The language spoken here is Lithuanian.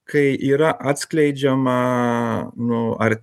kai yra atskleidžiama nu ar